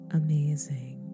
amazing